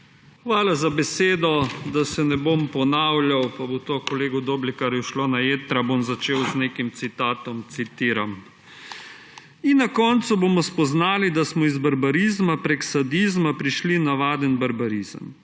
Hvala za besedo. Da se ne bom ponavljal pa bo to kolegu Doblekarju šlo na jetra, bom začel z nekim citatom. Citiram: »In na koncu bomo spoznali, da smo iz barbarizma prek sadizma prišli v navaden barbarizem.